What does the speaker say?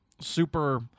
super